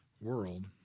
world